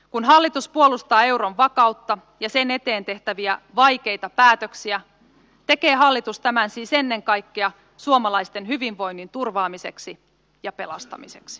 kun hallitus puolustaa euron vakautta ja sen eteen tehtäviä vaikeita päätöksiä tekee hallitus tämän siis ennen kaikkea suomalaisten hyvinvoinnin turvaamiseksi ja pelastamiseksi